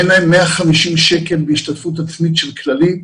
אין להם 150 שקלים השתתפות עצמית של כללית,